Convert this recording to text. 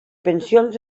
pensions